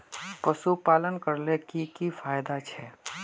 पशुपालन करले की की फायदा छे?